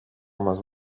μας